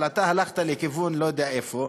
אבל אתה הלכת לכיוון, לא יודע איפה.